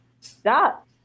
Stop